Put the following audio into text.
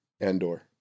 Andor